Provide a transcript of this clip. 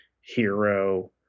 hero